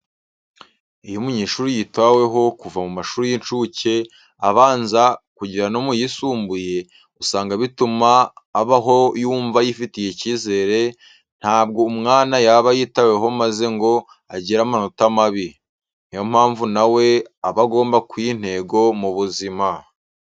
Iyo umunyeshuri yitaweho kuva mu mashuri y'incuke, abanza kugera no mu yisumbuye, usanga bituma abaho yumva yifitiye icyizere, ntabwo umwana yaba yitaweho maze ngo agire amanota mabi. Niyo mpamvu na we aba agomba kwiha intego mu buzima.